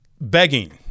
Begging